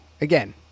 Again